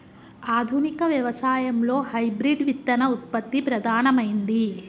ఆధునిక వ్యవసాయం లో హైబ్రిడ్ విత్తన ఉత్పత్తి ప్రధానమైంది